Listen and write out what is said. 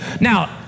Now